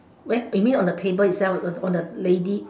where you mean on the table itself on the lady